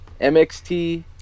MXT